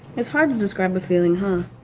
it's hard to describe a feeling, huh?